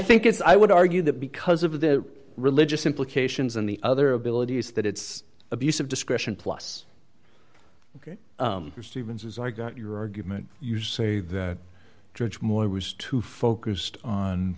think it's i would argue that because of the religious implications and the other abilities that it's abuse of discretion plus ok stevens's i got your argument you say that judge moore i was too focused on